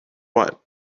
what